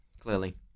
Clearly